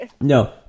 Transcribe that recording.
No